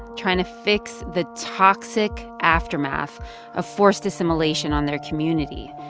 trying to fix the toxic aftermath of forced assimilation on their community,